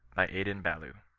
adin ballou.